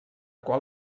qual